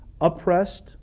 oppressed